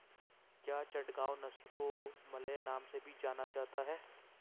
क्या चटगांव नस्ल को मलय नाम से भी जाना जाता है?